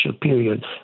period